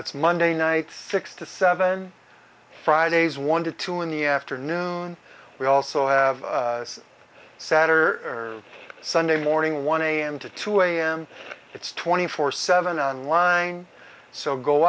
it's monday night six to seven fridays one to two in the afternoon we also have sat or sunday morning one am to two am it's twenty four seven on line so go